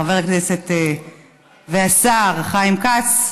חבר הכנסת והשר חיים כץ,